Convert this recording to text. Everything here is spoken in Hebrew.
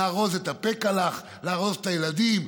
לארוז את הפעקלאך, לארוז את הילדים?